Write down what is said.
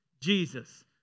Jesus